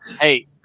hey